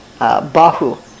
bahu